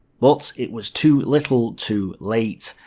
but it was too little too late.